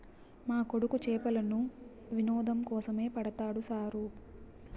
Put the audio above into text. మా కొడుకు చేపలను వినోదం కోసమే పడతాడు సారూ